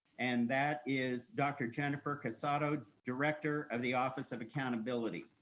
and that is dr. jennifer cassata, director of the office of accountability,